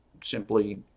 simply